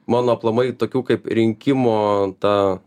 mano aplamai tokių kaip rinkimo ta